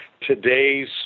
today's